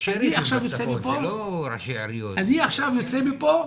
אני עכשיו יוצא מפה,